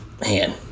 Man